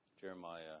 Jeremiah